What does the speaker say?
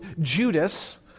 Judas